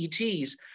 ETs